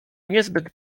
niezbyt